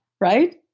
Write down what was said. right